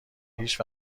هیچ